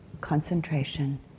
concentration